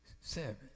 seven